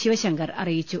ശിവശങ്കർ അറിയിച്ചു